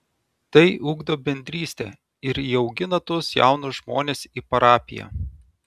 tai ugdo bendrystę ir įaugina tuos jaunus žmones į parapiją